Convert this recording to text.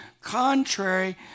contrary